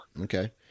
okay